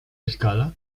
escala